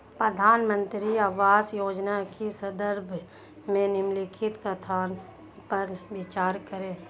प्रधानमंत्री आवास योजना के संदर्भ में निम्नलिखित कथनों पर विचार करें?